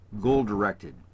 goal-directed